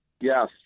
Yes